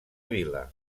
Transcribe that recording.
vila